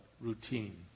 routine